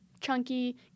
chunky